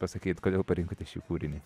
pasakyt kodėl pasirinkote šį kūrinį